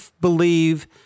believe